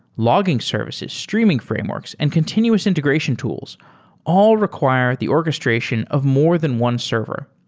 logging services, streaming frameworks and continuous integration tools all require the orchestration of more than one server.